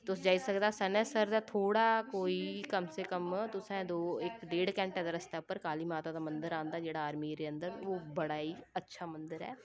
तुस जाई सकदे सनासर दे थोह्ड़ा कोई कम से कम तुसें दो इक डेढ़ घैण्टे दे रस्ते उप्पर काली माता दा मंदर आंदा जेह्ड़ा आर्मी एरिया अंदर ओह् बड़ा ई अच्छा मंदर ऐ